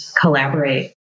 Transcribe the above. collaborate